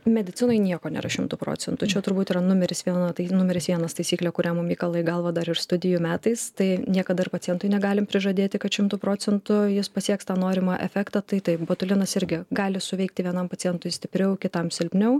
medicinoj nieko nėra šimtu procentų čia turbūt yra numeris vienas tai numeris vienas taisyklė kurią mum įkala į galvą dar ir studijų metais tai niekada ir pacientui negalim prižadėti kad šimtu procentų jis pasieks tą norimą efektą tai taip botulinas irgi gali suveikti vienam pacientui stipriau kitam silpniau